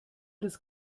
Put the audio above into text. des